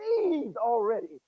already